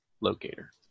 Locator